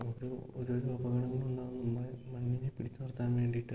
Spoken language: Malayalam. അത് ഓരോരോ അപകടങ്ങളുള്ള മണ്ണിനെ പിടിച്ചു നിർത്താൻ വേണ്ടിയിട്ട്